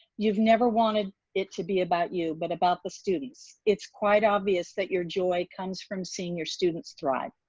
you've never wanted it to be about you but about the students. it's quite obvious that your joy comes from seeing your students thrive.